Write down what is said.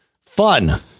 Fun